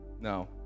No